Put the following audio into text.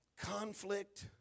Conflict